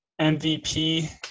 MVP